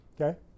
okay